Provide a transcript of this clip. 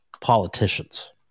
politicians